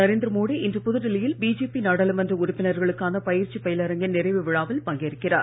நரேந்திர மோடி இன்று புதுடில்லி யில் பிஜேபி நாடாளுமன்ற உறுப்பினர்களுக்கான பயிற்சி பயிலரங்கின் நிறைவு விழாவில் பங்கேற்கிறார்